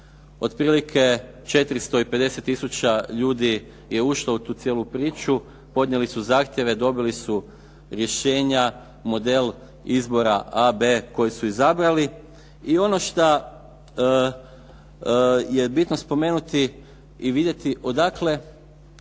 otprilike 450000 ljudi je ušlo u tu cijelu priču, podnijeli su zahtjeve, dobili su rješenja, model izbora A, B koji su izabrali i ono šta je bitno spomenuti i vidjeti odakle